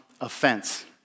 offense